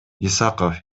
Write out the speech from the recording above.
исаков